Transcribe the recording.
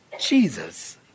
Jesus